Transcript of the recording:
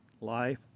life